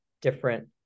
different